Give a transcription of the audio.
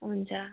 हुन्छ